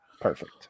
Perfect